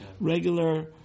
Regular